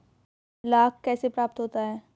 लाख कैसे प्राप्त होता है?